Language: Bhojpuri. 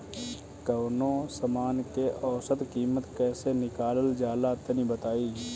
कवनो समान के औसत कीमत कैसे निकालल जा ला तनी बताई?